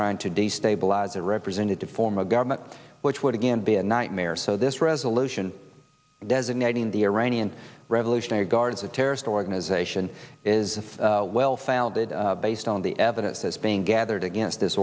trying to destabilize a representative form of government which would again be a nightmare so this resolution designating the iranian revolutionary guard as a terrorist organization is well founded based on the evidence is being gathered against this